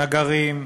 נגרים,